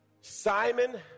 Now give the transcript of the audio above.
Simon